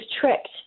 tricked